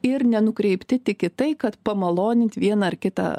ir nenukreipti tik į tai kad pamalonint vieną ar kitą